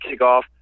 kickoff